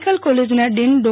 medical કોલેજના dean ડો